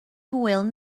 hwyl